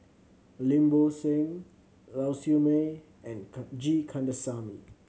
Lim Bo Seng Lau Siew Mei and G Kandasamy